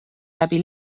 läbi